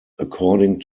according